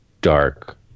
dark